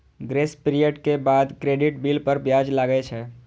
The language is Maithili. ग्रेस पीरियड के बाद क्रेडिट बिल पर ब्याज लागै छै